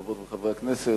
חברות וחברי הכנסת,